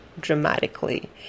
dramatically